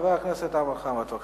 חבר הכנסת חמד עמאר, בבקשה.